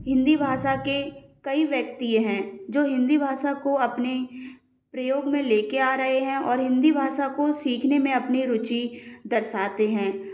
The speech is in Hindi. हिंदी भाषा के कई व्यक्ति हैं जो हिंदी भाषा को अपने प्रयोग में ले के आ रहे हैं और हिंदी भाषा को सीखने में अपनी रुचि दर्शाते हैं